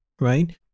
right